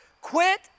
quit